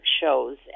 shows